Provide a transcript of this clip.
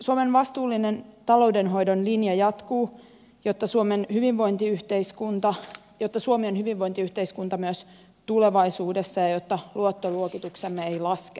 suomen vastuullinen taloudenhoidon linja jatkuu jotta suomi on hyvinvointiyhteiskunta myös tulevaisuudessa ja jotta luottoluokituksemme ei laske